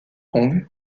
kong